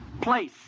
Place